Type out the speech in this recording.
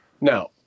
Now